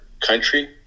country